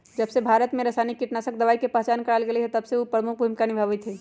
जबसे भारत में रसायनिक कीटनाशक दवाई के पहचान करावल गएल है तबसे उ प्रमुख भूमिका निभाई थई